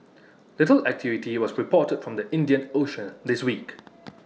little activity was reported from the Indian ocean this week